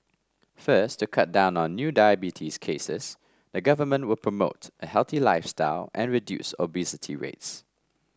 first to cut down on new diabetes cases the Government will promote a healthy lifestyle and reduce obesity rates